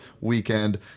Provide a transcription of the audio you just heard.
weekend